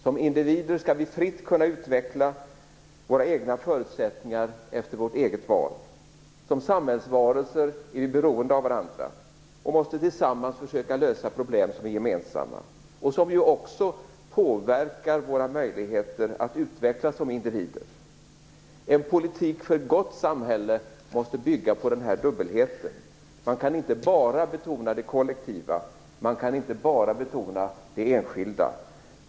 Som individer skall vi fritt kunna utveckla våra egna förutsättningar efter vårt eget val. Som samhällsvarelser är vi beroende av varandra och måste tillsammans försöka att lösa problem som är gemensamma, vilka också påverkar våra möjligheter att utvecklas som individer. En politik för ett gott samhälle måste bygga på denna dubbelhet. Man kan inte bara betona det kollektiva, och man kan inte bara betona det enskilda.